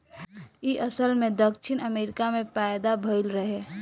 इ असल में दक्षिण अमेरिका में पैदा भइल रहे